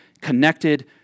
connected